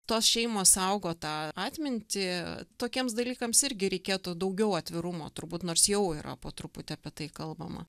tos šeimos saugo tą atmintį tokiems dalykams irgi reikėtų daugiau atvirumo turbūt nors jau yra po truputį apie tai kalbama